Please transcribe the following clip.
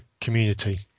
community